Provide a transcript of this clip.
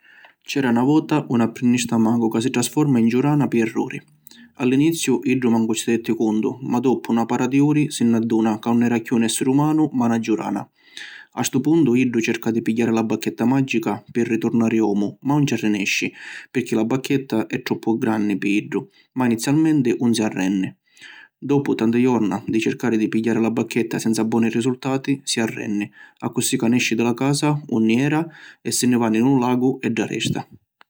C’era na vota un apprinnista magu ca si trasformà in giurana pi erruri. A l’iniziu iddu mancu si detti cuntu ma doppu na para di uri si n’adduna ca ‘un era cchiù un essiri umanu ma na giurana. A ‘stu puntu iddu cerca di pigghiari la bacchetta magica pi riturnari omu ma ‘un ci arrinesci pirchì la bacchetta è troppu granni pi iddu ma inizialmenti ‘un si arrenni. Doppu tanti jorna di circari di pigghiari la bacchetta senza boni risultati, si arrenni accussì ca nesci di la casa unni era e si ni va ni lu lagu e dda resta.